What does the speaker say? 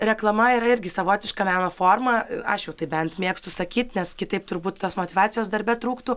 reklama yra irgi savotiška meno forma aš jau taip bent mėgstu sakyt nes kitaip turbūt tos motyvacijos darbe trūktų